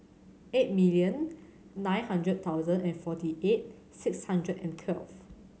eight million nine hundred thousand and forty eight six hundred and twelve